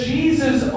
Jesus